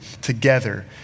together